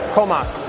Comas